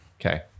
Okay